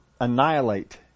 annihilate